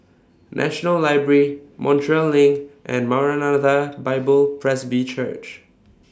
National Library Montreal LINK and Maranatha Bible Presby Church